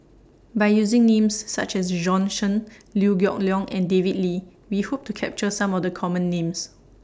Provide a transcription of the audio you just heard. By using Names such as Bjorn Shen Liew Geok Leong and David Lee We Hope to capture Some of The Common Names